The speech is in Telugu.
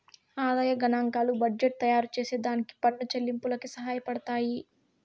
ఆదాయ గనాంకాలు బడ్జెట్టు తయారుచేసే దానికి పన్ను చెల్లింపులకి సహాయపడతయ్యి